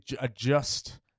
adjust